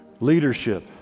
leadership